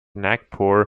nagpur